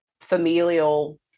familial